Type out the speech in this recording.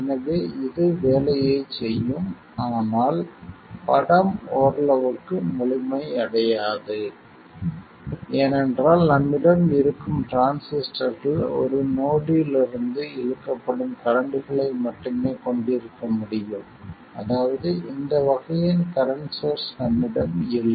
எனவே இது வேலையைச் செய்யும் ஆனால் படம் ஓரளவுக்கு முழுமையடையாது ஏனென்றால் நம்மிடம் இருக்கும் டிரான்சிஸ்டர்கள் ஒரு நோடிலிருந்து இழுக்கப்படும் கரண்ட்களை மட்டுமே கொண்டிருக்க முடியும் அதாவது இந்த வகையின் கரண்ட் சோர்ஸ் நம்மிடம் இல்லை